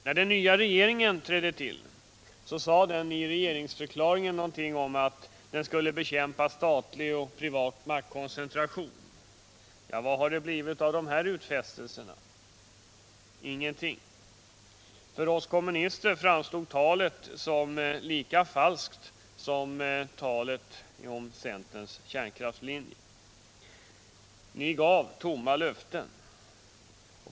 När den nya regeringen trädde till sade den i regeringsförklaringen att privat och statlig maktkoncentration skall motverkas. Vad har det blivit av denna utfästelse? Ingenting. För oss kommunister framstod det talet som lika falskt som centerns kärnkraftslinje. Ni gav tomma löften.